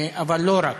אבל לא רק.